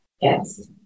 Yes